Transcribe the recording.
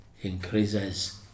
increases